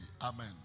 amen